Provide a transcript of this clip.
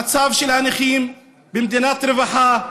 המצב של הנכים במדינת רווחה,